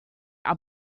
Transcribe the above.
our